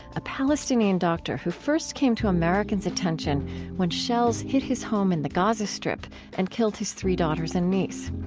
a palestinian doctor who first came to americans' attention when shells hit his home in the gaza strip and killed his three daughters and niece.